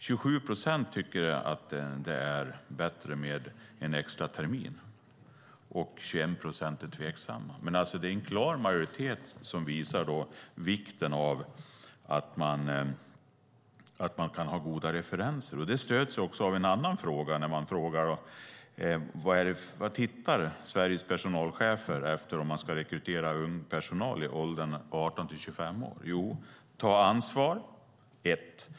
27 procent tycker att det är bättre med en extra termin. 21 procent är tveksamma. Men det är alltså en klar majoritet som visar på vikten av att man kan ha goda referenser. Det stöds också av en annan fråga: Vad tittar Sveriges personalchefer efter om de ska rekrytera personal i åldern 18-25 år? Jo, för det första handlar det om att ta ansvar.